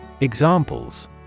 Examples